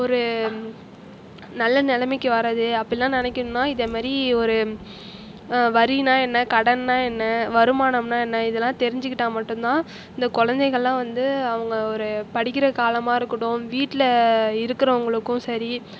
ஒரு நல்ல நிலைமைக்கு வரது அப்படிலாம் நினைக்கணும்னா இதை மாதிரி ஒரு வரின்னால் என்ன கடன்னால் என்ன வருமானம்னால் என்ன இதெல்லாம் தெரிஞ்சிக்கிட்டால் மட்டும்தான் இந்த குழந்தைகள்லாம் வந்து அவங்கள் ஒரு படிக்கிற காலமாக இருக்கட்டும் வீட்டில் இருக்கிறவுங்களுக்கும் சரி